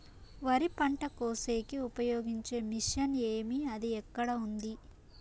వరి పంట కోసేకి ఉపయోగించే మిషన్ ఏమి అది ఎక్కడ ఉంది?